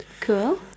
Cool